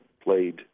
played